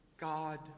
God